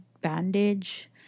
bandage